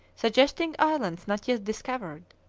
suggesting islands not yet discovered,